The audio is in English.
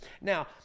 Now